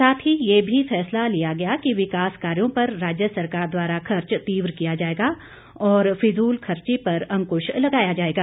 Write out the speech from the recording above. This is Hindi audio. साथ ही ये भी फैसला लिया गया कि विकास कार्यो पर राज्य सरकार द्वारा खर्च तीव्र किया जाएगा और फिजूल खर्ची पर अंकुश लगाया जाएगा